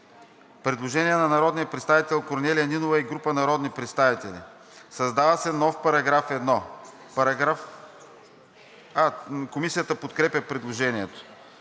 Предложение на народния представител Корнелия Нинова и група народни представители. Комисията подкрепя предложението.